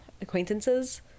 acquaintances